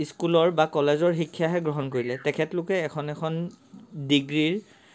স্কুলৰ বা কলেজৰ শিক্ষাহে গ্ৰহণ কৰিলে তেখেতলোকে এখন এখন ডিগ্ৰীৰ